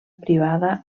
privada